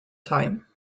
time